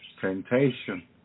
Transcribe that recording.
temptation